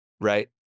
right